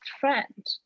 friend